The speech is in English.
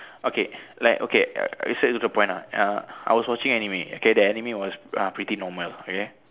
okay like okay err straight to the point ah I was watching anime okay the anime was uh pretty normal okay